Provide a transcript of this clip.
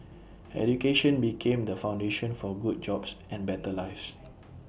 education became the foundation for good jobs and better lives